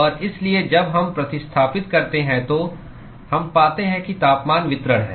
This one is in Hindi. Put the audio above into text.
और इसलिए जब हम प्रतिस्थापित करते हैं तो हम पाते हैं कि तापमान वितरण है